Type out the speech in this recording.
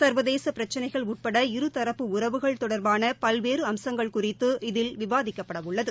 சா்வதேச பிரச்சினைகள் உட்பட இருதரப்பு உறவுகள் தொடா்பான பல்வேறு அம்சங்கள் குறித்து இதில் விவாதிக்கப்பட உள்ளது